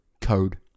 Code